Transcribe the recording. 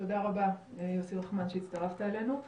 תודה רבה יוסי רחמן שהצטרפת אלינו.